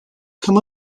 come